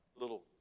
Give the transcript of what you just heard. little